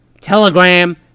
Telegram